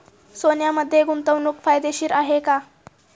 सोन्यामध्ये गुंतवणूक फायदेशीर आहे का?